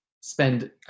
spend